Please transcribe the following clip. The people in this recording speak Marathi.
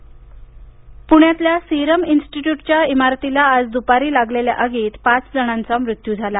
सिरम आग पुण्यातल्या सिरम इन्स्टिट्यूटच्या इमारतीला आज दुपारी लागलेल्या आगीत पाच जणांचा मृत्यू झाला